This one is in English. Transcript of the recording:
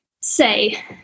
say